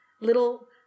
little